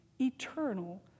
eternal